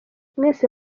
mwese